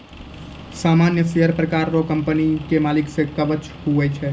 सामान्य शेयर एक प्रकार रो कंपनी के मालिक रो कवच हुवै छै